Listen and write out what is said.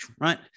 right